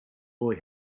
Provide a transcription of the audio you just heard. boy